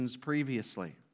previously